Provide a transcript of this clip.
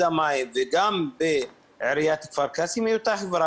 המים וגם בעיריית כפר קאסם היא אותה חברה,